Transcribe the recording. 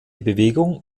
bewegung